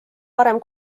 varem